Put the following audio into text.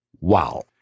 Wow